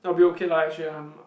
I'll be okay lah actually I'm